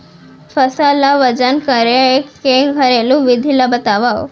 फसल ला वजन करे के घरेलू विधि ला बतावव?